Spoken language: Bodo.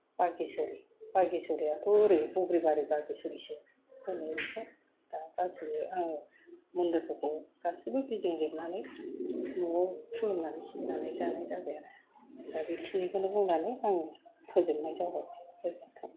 बाघेश्वरि बाघेश्वरियाथ' ओरै बगरीबारि बाघेश्वरिसो मा होनो बेखौ दा गासैबो आङो मन्दिरफोरखौ गासैबो गिदिंजोबनानै नआव खुलुमनानै सिबिनानै जानाय जाबाय आरो दा बेखिनिखौनो बुंनानै आं फोजोबनाय जाबाय गोजोनथों